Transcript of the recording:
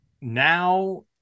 now